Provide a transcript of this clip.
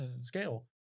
scale